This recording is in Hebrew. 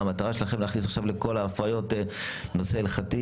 שאלו אותי האם המטרה שלנו עכשיו להכניס לכל ההפריות את הנושא ההלכתי?